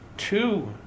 two